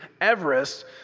Everest